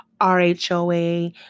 RHOA